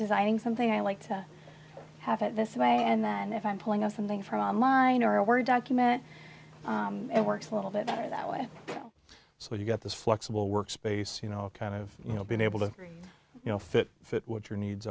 designing something i like to have it this way and then if i'm pulling us something from line or a word document it works a little bit better that way so you get this flexible work space you know kind of you know been able to you know fit fit what your needs